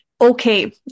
Okay